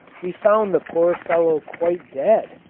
we found the poor fellow quite dead,